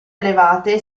elevate